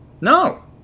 no